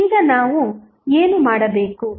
ಈಗ ನಾವು ಏನು ಮಾಡಬೇಕು